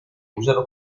usano